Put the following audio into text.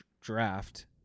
draft